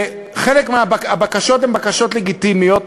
חלק מהבקשות הן בקשות לגיטימיות,